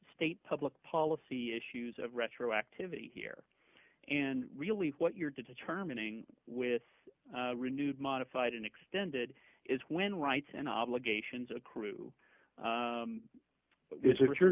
state public policy issues of retroactivity here and really what you're determining with renewed modified and extended is when rights and obligations accrue this is richard